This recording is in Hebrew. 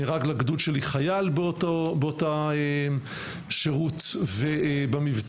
נהרג לגדוד שלי חייל באותו שרות במבצע,